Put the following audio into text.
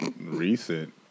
recent